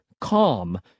calm